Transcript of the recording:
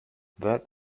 that